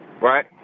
Right